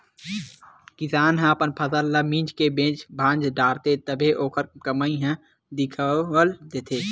किसान ह अपन फसल ल मिंज के बेच भांज डारथे तभे ओखर कमई ह दिखउल देथे